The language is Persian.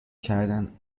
کردن